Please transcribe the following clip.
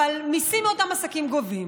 אבל מיסים מאותם עסקים, גובים.